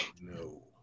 No